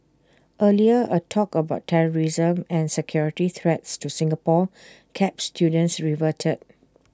earlier A talk about terrorism and security threats to Singapore keeps students riveted